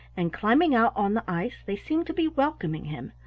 and climbing out on the ice they seemed to be welcoming him,